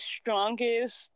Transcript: strongest